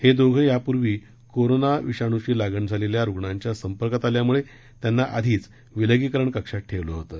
हे दोधेजण यापूर्वी कोरोना विषाणूची लागण झालेल्या रुणांच्या संपर्कात आल्यामुळे त्यांना आधीचं विलगीकरण कक्षात ठेवलं होतं